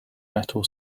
metal